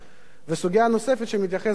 סוגיה נוספת שאליה מתייחס דב חנין,